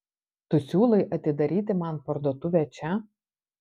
tu siūlai atidaryti man parduotuvę čia